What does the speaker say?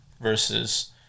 versus